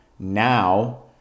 Now